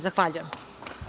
Zahvaljujem.